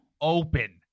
open